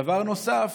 דבר נוסף,